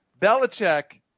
Belichick